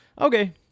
Okay